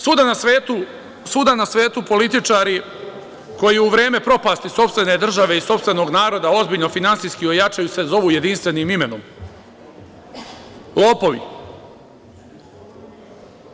Svuda na svetu političari, koji u vreme propasti sopstvene države i sopstvenog naroda ozbiljno finansijski ojačaju se zovu jedinstvenim imenom – lopovi.